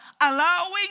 Allowing